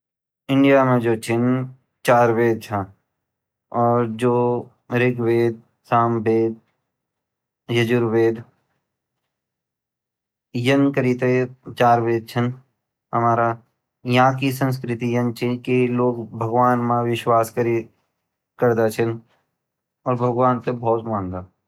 इंडिया मा जू छिन चार वेद छा और हर एक वेद साम वेद यजुर वेद यान करि ते चार वेद छिन हमारा यहाँ की संस्कृति यान ची यखा लोग भगवान् मा विश्वास करदा और भगवन ते भोत माण्डदा।